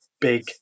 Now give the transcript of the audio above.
big